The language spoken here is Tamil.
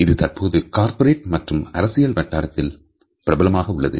இது தற்பொழுது கார்ப்பரேட் மற்றும் அரசியல் வட்டாரத்தில் பிரபலமாக உள்ளது